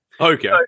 Okay